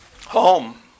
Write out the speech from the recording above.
home